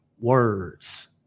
words